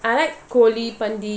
I like கோழிபந்தி:koli panthi